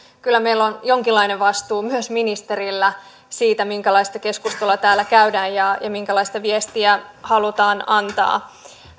kyllä meillä on jonkinlainen vastuu myös ministerillä siitä minkälaista keskustelua täällä käydään ja ja minkälaista viestiä halutaan antaa